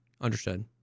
understood